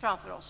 framför oss.